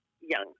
young